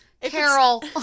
Carol